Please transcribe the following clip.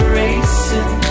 racing